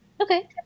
Okay